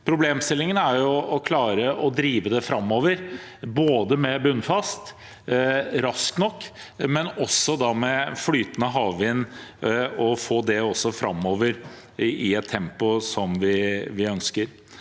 Problemstillingen er å klare å drive det raskt nok framover, både med bunnfast og med flytende havvind, og få det framover i et tempo som vi ønsker.